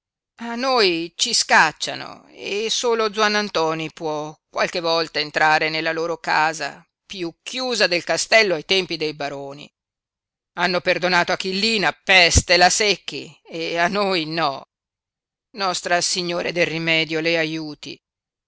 a noi ci scacciano e solo zuannantoni può qualche volta entrare nella loro casa piú chiusa del castello ai tempi dei baroni hanno perdonato a kallina peste la secchi e a noi no nostra signora del rimedio le aiuti